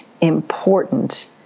important